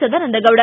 Sadananda Gowda